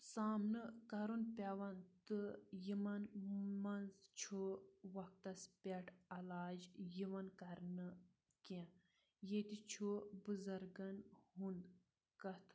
سامنہٕ کَرُن پٮ۪وان تہٕ یِمَن منٛز چھُ وَقتَس پٮ۪ٹھ علاج یِوان کَرنہٕ کینٛہہ ییٚتہِ چھُ بُزرگَن ہُںٛد کَتھ